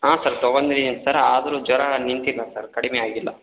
ಹಾಂ ಸರ್ ತಗೊಂಡಿದೀನ್ ಸರ್ ಆದರೂ ಜ್ವರ ನಿಂತಿಲ್ಲ ಸರ್ ಕಡಿಮೆ ಆಗಿಲ್ಲ